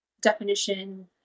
definition